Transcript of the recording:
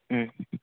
ꯎꯝ